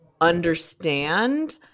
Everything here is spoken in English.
understand